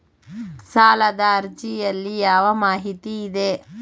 ಸಾಲದ ಅರ್ಜಿಯಲ್ಲಿ ಯಾವ ಮಾಹಿತಿ ಇದೆ?